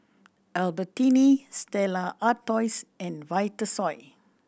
Albertini Stella Artois and Vitasoy